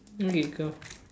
okay go